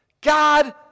God